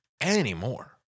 anymore